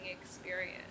experience